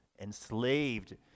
enslaved